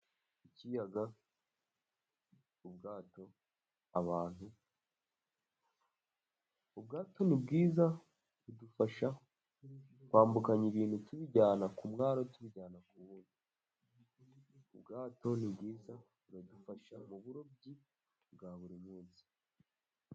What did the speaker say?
Ikiyaga ,ubwato, abantu, ubwato ni bwiza budufasha kwambukanya ibintu tubijyana ku mwaro tuijyana ku wundi, ubwato ni bwiza budufasha mu burobyi bwa buri munsi.